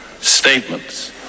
statements